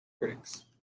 critics